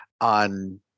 on